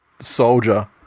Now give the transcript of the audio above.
soldier